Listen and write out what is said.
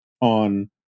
on